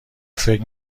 فکر